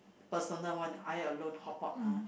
personal one I alone hotpot ah